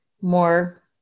more